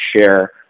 share